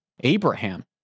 Abraham